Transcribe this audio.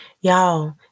Y'all